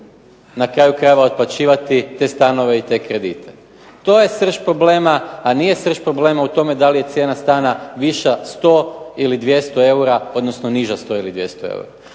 na kraju krajeva otplaćivati te stanove i te kredite. To je srž problema, a nije srž problema u tome da li je cijena stana viša sto ili dvjesto eura, odnosno niža sto ili dvjesto eura.